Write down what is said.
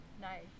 Nice